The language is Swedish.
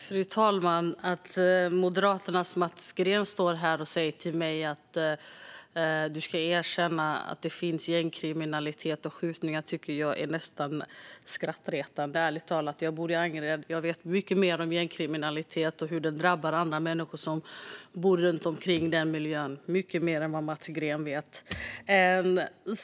Fru talman! Att Moderaternas Mats Green står här och säger till mig att jag ska erkänna att det finns gängkriminalitet och skjutningar tycker jag är nästan skrattretande, ärligt talat. Jag bor i Angered, och jag vet mycket mer om gängkriminalitet och hur den drabbar andra människor som bor runt omkring den miljön än vad Mats Green gör.